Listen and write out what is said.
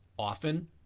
Often